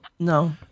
No